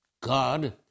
God